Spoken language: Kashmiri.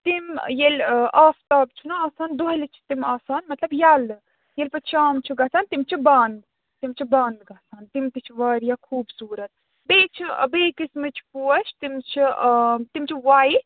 تِم ییٚلہِ ٲں آفتاب چھُ نا آسان دۄہلہِ چھِ تِم آسان مطلب یَلہٕ ییٚلہِ پَتہٕ شام چھُ گَژھان تِم چھِ بنٛد تِم چھِ بنٛد گَژھان تِم تہِ چھِ واریاہ خوٗبصوٗرَت بیٚیہِ چھِ بیٚیہِ قٕسمٕکۍ پوش تِم چھِ ٲں تِم چھِ وایِٹ